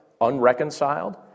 unreconciled